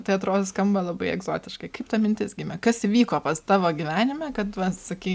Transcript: tai atrodo skamba labai egzotiškai kaip ta mintis gimė kas įvyko pas tavo gyvenime kad va sakei